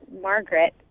Margaret